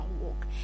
walk